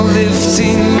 lifting